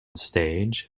stage